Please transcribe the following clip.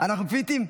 אנחנו פיטים?